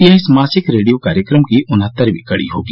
यह इस मासिक रेडियो कार्यक्रम की उन्हत्तरवीं कड़ी होगी